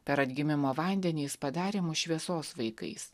per atgimimo vandenį jis padarė mus šviesos vaikais